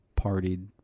partied